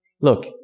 Look